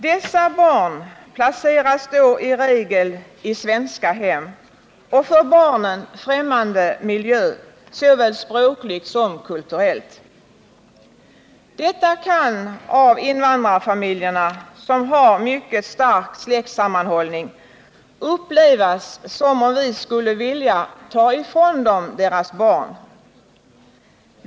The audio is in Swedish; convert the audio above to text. Dessa barn placeras då i regel i svenska hem och i en för barnen främmande miljö såväl språkligt som kulturellt. Detta kan av invandrarfamiljerna, som har mycket stark släktsammanhållning, upplevas som om vi skulle vilja ”ta ifrån dem” deras barn.